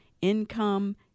Income